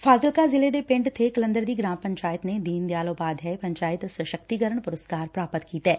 ਫਾਜ਼ਿਲਕਾ ਜ਼ਿਲ਼ੇ ਦੇ ਪਿੰਡ ਬੇਹਕਲੰਦਰ ਦੀ ਗੁਾਮ ਪੰਚਾਇਤ ਨੇ ਦੀਨਦਿਆਲ ਉਪਾਧਿਆਇ ਪੰਚਾਇਤ ਸਸਕਤੀਕਰਨ ਪੁਰਸ਼ਕਾਰ ਪ੍ਰਾਪਤ ਕੀਤੈ